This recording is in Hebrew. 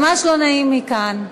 ממש לא נעים לי כאן.